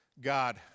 God